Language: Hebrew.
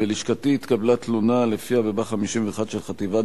בלשכתי התקבלה תלונה שלפיה בבא"ח 51 של חטיבת